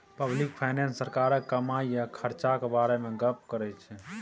public finance सरकारक कमाई आ खरचाक बारे मे गप्प करै छै